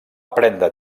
prendre